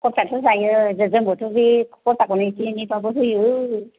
खरसाथ' जायो जोंबोथ' बे खरसाखौनो एसे एनैबाबो होयो